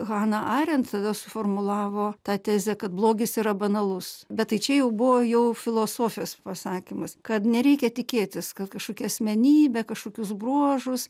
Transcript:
hana arent tada suformulavo tą tezę kad blogis yra banalus bet tai čia jau buvo jau filosofijos pasakymas kad nereikia tikėtis kad kažkokia asmenybė kažkokius bruožus